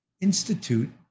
institute